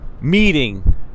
meeting